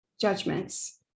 judgments